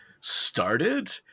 started